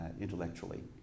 intellectually